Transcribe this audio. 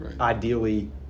ideally